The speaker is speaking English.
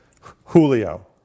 Julio